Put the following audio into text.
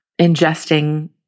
ingesting